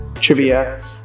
trivia